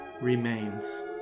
remains